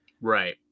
Right